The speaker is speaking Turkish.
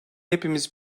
hepimiz